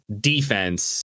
defense